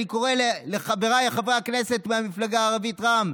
אני קורא לחבריי חברי הכנסת מהפלגה הערבית רע"מ: